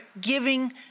giving